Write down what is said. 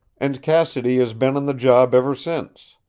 and cassidy has been on the job ever since.